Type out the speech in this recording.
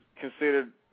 considered